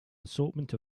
assortment